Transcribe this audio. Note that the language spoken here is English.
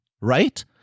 right